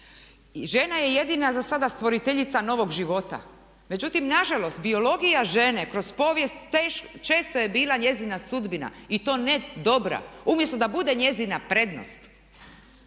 I žena je jedina za sada stvoriteljica novog života, međutim nažalost biologija žene kroz povijest često je bila njezina sudbina i to ne dobra. Umjesto da bude njezina prednost.